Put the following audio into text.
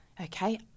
Okay